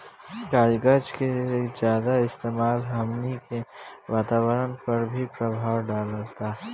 कागज के ज्यादा इस्तेमाल हमनी के वातावरण पर भी प्रभाव डालता